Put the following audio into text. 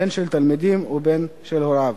בין של התלמיד ובין של הוריו.